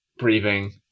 breathing